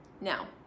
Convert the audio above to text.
now